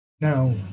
Now